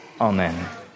Amen